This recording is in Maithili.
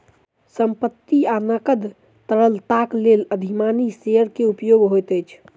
संपत्ति आ नकद तरलताक लेल अधिमानी शेयर के उपयोग होइत अछि